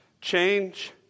change